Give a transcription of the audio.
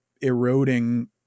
eroding